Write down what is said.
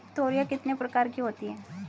तोरियां कितने प्रकार की होती हैं?